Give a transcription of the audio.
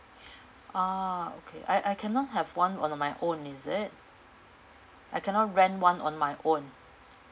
ah okay I I cannot have one on my own is it I cannot rent one on my own